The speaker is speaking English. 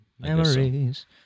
Memories